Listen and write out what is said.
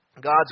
God's